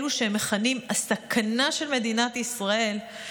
אלו שהם מכנים "הסכנה של מדינת ישראל",